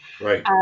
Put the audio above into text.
Right